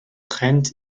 trent